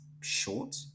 short